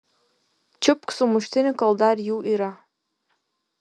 čiupk sumuštinį kol dar jų yra